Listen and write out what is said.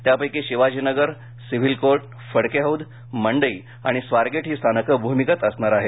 त्यापैकी Shivajinagar civil court Phadke Haud Mandai आणि स्वारगेट ही स्थानक भूमिगत असणार आहेत